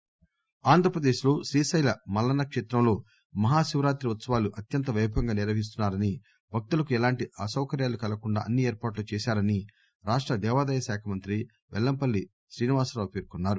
శ్రీశైలం ఆంధ్రప్రదేశ్ లో శ్రీశైల మల్లన్న కేత్రంలో మహాశివరాత్రి ఉత్పవాలు అత్యతం పైభవంగా నిర్వహిస్తున్నారని భక్తులకు ఎలాంటి అసౌకర్యాలు కలగకుండా అన్ని ఏర్పాట్లు చేశారని రాష్ట దేవాదాయ శాఖమంత్రి వెల్లంపల్లి శ్రీనివాసరావు పేర్కొన్నారు